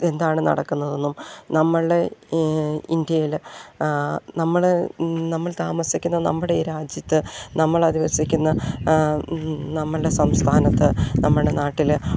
എന്താണ് നടക്കുന്നതെന്നും നമ്മളുടെ ഇൻഡ്യയിൽ നമ്മൾ നമ്മൾ താമസിക്കുന്ന നമ്മുടെ ഈ രാജ്യത്ത് നമ്മളദിവസിക്കുന്ന നമ്മളുടെ സംസ്ഥാനത്ത് നമ്മളുടെ നാട്ടിൽ